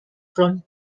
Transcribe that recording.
from